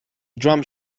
drum